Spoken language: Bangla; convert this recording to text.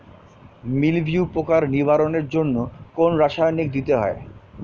মিলভিউ পোকার নিবারণের জন্য কোন রাসায়নিক দিতে হয়?